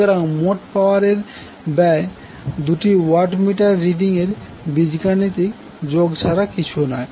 সুতরাং মোট পাওয়ারে ব্যয় দুটি ওয়াট মিটার রিডিং এর বীজগণিতের যোগ ছাড়া কিছুই নয়